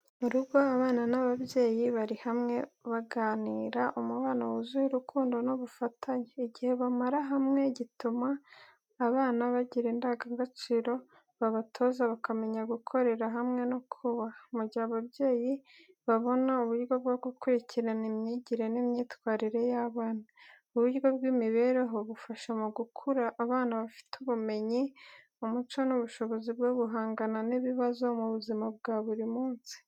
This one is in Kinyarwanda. Mu rugo, abana n’ababyeyi bari hamwe bagirana, umubano wuzuye urukundo n’ubufatanye. Igihe bamara hamwe gituma abana bagira indangagaciro babatoza, bakamenya gukorera hamwe no kubaha, mu gihe ababyeyi babona uburyo bwo gukurikirana imyigire n’imyitwarire y’abana. Ubu buryo bw’imibereho bufasha mu gukura abana bafite ubumenyi, umuco n’ubushobozi bwo guhangana n’ibibazo mu buzima bwa buri munsi.